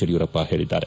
ಯಡಿಯೂರಪ್ಪ ಹೇಳಿದ್ದಾರೆ